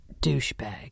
douchebag